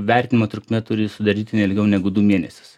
vertinimo trukmė turi sudaryti ne ilgiau negu du mėnesius